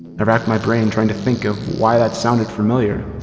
i wracked my brain trying to think of why that sounded familiar.